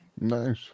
Nice